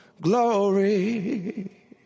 glory